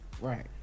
Right